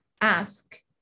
ask